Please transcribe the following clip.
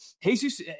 Jesus